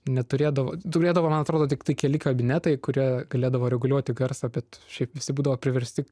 neturėdavo turėdavo man atrodo tiktai keli kabinetai kurie galėdavo reguliuoti garsą bet šiaip visi būdavo priversti